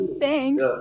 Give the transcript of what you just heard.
Thanks